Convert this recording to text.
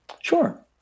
Sure